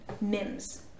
Mims